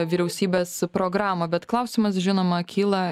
vyriausybės programą bet klausimas žinoma kyla